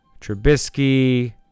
Trubisky